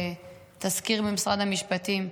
תזכיר של משרד המשפטים,